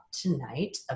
tonight